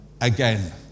again